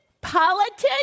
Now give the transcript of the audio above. politics